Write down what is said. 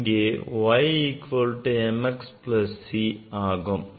இங்கே y equal to m x plus c ஆகும்